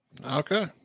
Okay